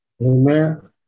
Amen